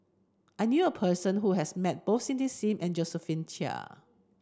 I knew a person who has met both Cindy Sim and Josephine Chia